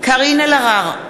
קארין אלהרר,